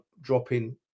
dropping